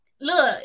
look